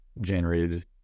generated